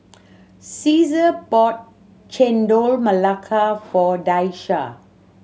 Caesar bought Chendol Melaka for Daisha